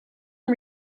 and